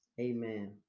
amen